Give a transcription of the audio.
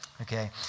Okay